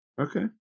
Okay